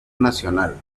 nacional